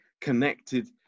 connected